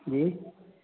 जी